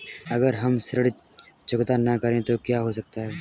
अगर हम ऋण चुकता न करें तो क्या हो सकता है?